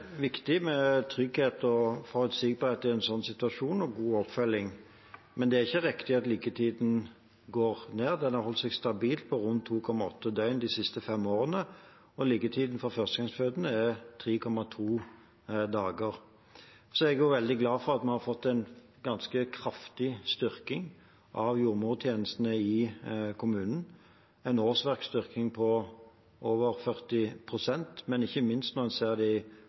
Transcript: viktig med trygghet, forutsigbarhet og god oppfølging i en sånn situasjon, men det er ikke riktig at liggetiden går ned. Den har holdt seg stabil på rundt 2,8 døgn de siste fem årene, og liggetiden for førstegangsfødende er 3,2 dager. Jeg er veldig glad for at vi har fått en ganske kraftig styrking av jordmortjenestene i kommunene – en årsverksstyrking på over 40 pst. Når en ser det i